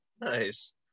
nice